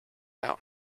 out